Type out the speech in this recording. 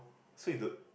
so you don't